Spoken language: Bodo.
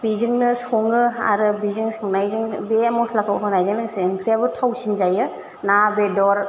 बेजोंनो सङो आरो बेजों संनायजों बे मस्लाखौ होनायजों लोगोसे ओंख्रियाबो थावसिन जायो ना बेदर